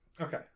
Okay